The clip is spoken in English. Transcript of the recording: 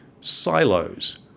silos